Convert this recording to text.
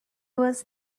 was